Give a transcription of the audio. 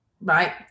Right